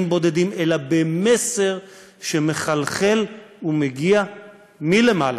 בודדים אלא במסר שמחלחל ומגיע מלמעלה?